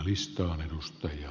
arvoisa puhemies